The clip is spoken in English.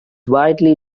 widely